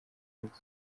n’inzu